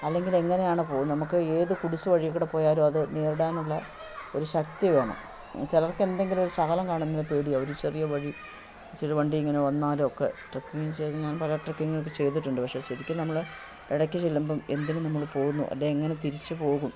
അല്ലെങ്കിലെങ്ങനെയാണ് പോകുന്നത് നമുക്ക് ഏതു കുടുസ് വഴിയിൽ കൂടി പോയാലും അതു നേരിടാനുള്ള ഒരു ശക്തി വേണം ചിലർക്ക് എന്തെങ്കിലും ഒരു ശകലം കാണുന്നെങ്കിൽ പേടിയാണ് ഒരു ചെറിയ വഴി ചെറിയ വണ്ടി ഇങ്ങനെ വന്നാലുമൊക്കെ ട്രക്കിങ്ങ് ചെയ്ത് ഞാൻ പല ട്രക്കിങ്ങൊക്കെ ചെയ്തിട്ടുണ്ട് പക്ഷെ ശരിക്കും നമ്മൾ ഇടക്ക് ചെല്ലുമ്പം എന്തിനു നമ്മൾ പോകുന്നു അല്ലെ എങ്ങനെ തിരിച്ചു പോകും